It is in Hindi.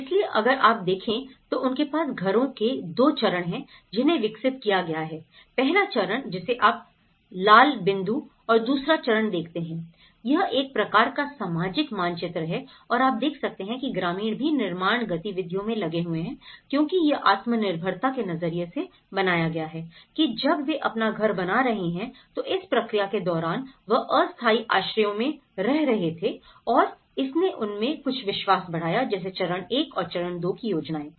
इसलिए अगर आप देखें तो उनके पास घरों के दो चरण हैं जिन्हें विकसित किया गया है पहला चरण जिसे आप लाल बिंदु और दूसरा चरण देखते हैं यह एक प्रकार का सामाजिक मानचित्र है और आप देख सकते हैं कि ग्रामीण भी निर्माण गतिविधियों में लगे हुए हैं क्योंकि यह आत्मनिर्भरता के नजरिए से बनाया गया है की जब वे अपना घर बना रहे हैं तो इस प्रक्रिया के दौरान वे अस्थायी आश्रयों में रह रहे थे और इसने उनमें कुछ विश्वास बढ़ाया जैसे चरण 1 और चरण 2 की योजनाएं